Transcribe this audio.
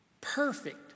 Perfect